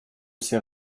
ces